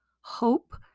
hope